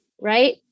Right